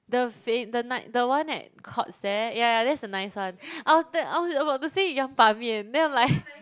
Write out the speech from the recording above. the the night the one at courts there yeah yeah that's the nice one I was about to say yeah 板面 then I'm like